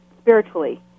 spiritually